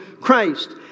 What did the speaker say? Christ